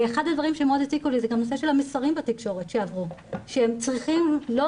אחד הדברים שמאוד הציקו לי זה גם הנושא של המסרים שעברו בתקשורת,